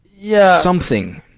yeah. something.